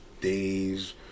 days